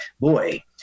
boy